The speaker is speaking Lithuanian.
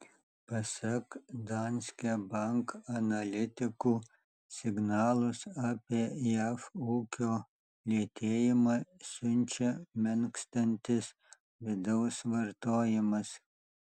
pasak danske bank analitikų signalus apie jav ūkio lėtėjimą siunčia menkstantis vidaus vartojimas